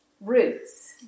roots